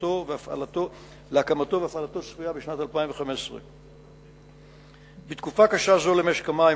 להקמתו והפעלתו צפויה בשנת 2015. בתקופה קשה זו למשק המים,